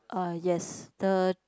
uh yes the